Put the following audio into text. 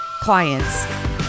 clients